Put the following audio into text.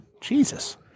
jesus